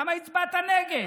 למה הצבעת נגד?